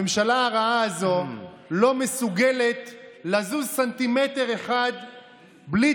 הממשלה הרעה הזאת לא מסוגלת לזוז סנטימטר אחד בלי